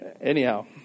Anyhow